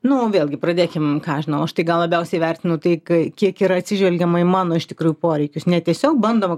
nu vėlgi pradėkim ką aš žinau aš tai gal labiausiai vertinu tai kai kiek yra atsižvelgiama į mano iš tikrųjų poreikius ne tiesiog bandoma